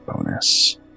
bonus